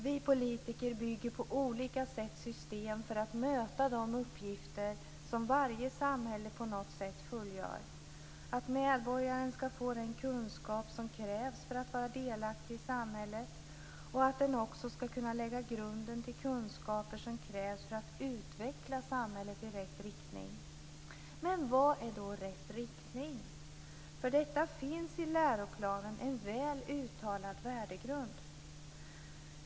Vi politiker bygger på olika sätt system för att möta de uppgifter som varje samhälle på något sätt fullgör och för att medborgaren ska få den kunskap som krävs för att vara delaktig i samhället. Det handlar också om att lägga grunden för kunskaper som krävs för att utveckla samhället i rätt riktning. Men vad är då rätt riktning? För detta finns i läroplanen en väl uttalad värdegrund.